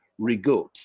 rigote